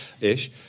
ish